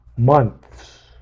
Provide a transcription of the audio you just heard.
months